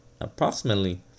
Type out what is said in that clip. approximately